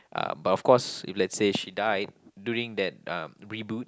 uh but of course if let's say she died during that uh reboot